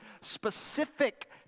specific